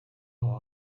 aho